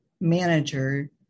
manager